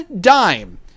dime